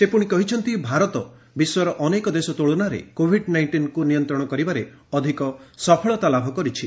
ସେ ପୁଣି କହିଛନ୍ତି ଭାରତ ବିଶ୍ୱର ଅନେକ ଦେଶ ତୁଳନାରେ କୋଭିଡ୍ ନାଇଷ୍ଟିନ୍କୁ ନିୟନ୍ତଣ କରିବାରେ ଅଧିକ ସଫଳତା ଲାଭ କରିଛି